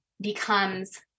becomes